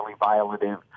violative